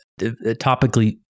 topically